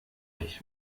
euch